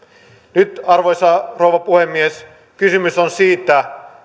nyt arvoisa rouva puhemies kysymys on siitä